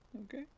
Okay